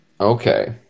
Okay